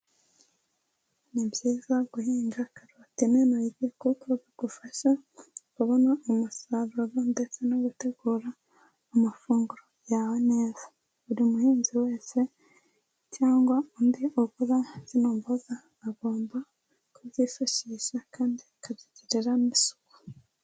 Ni byiza guhinga karoti n'intoryi kuko bigufasha kubona umusaruro ndetse no gutegura amafunguro yawe neza, buri muhinzi wese cyangwa undi ugura zino mboga agomba kubyifashisha kandi akabigirira n'isuku.